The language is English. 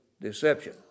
deception